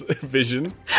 vision